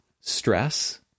stress